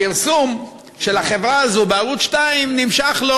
הפרסום של החברה הזו בערוץ 2 נמשך לו,